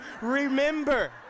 remember